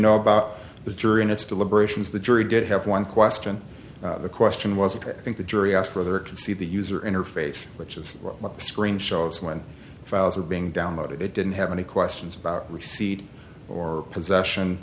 know about the jury and its deliberations the jury did have one question the question was that i think the jury asked whether it could see the user interface which is what the screen shows when files are being downloaded it didn't have any questions about receipt or possession